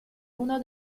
uno